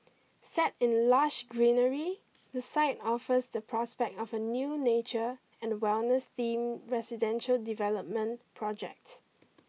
set in lush greenery the site offers the prospect of a new nature and wellness themed residential development project